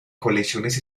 colecciones